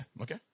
okay